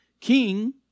king